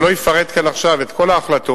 אני לא אפרט כאן עכשיו את כל ההחלטות